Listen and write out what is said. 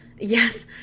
Yes